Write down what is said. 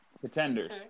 contenders